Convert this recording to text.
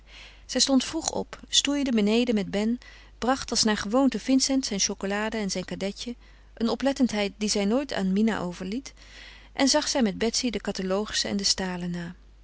zij stond vroeg op stoeide beneden met ben bracht als naar gewoonte vincent zijne chocolade en zijn kadetje eene oplettendheid die zij nooit aan mina overliet en zij zag met betsy de catalogussen en de stalen na